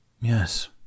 Yes